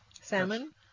Salmon